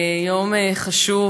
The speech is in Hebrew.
יום חשוב